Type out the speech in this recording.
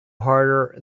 harder